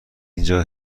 اینجا